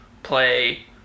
play